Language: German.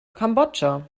kambodscha